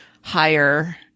higher